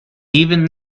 even